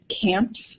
camps